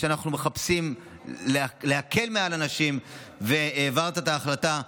שאנחנו מחפשים להקל על אנשים והעברת את ההחלטה.